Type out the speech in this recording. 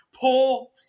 pull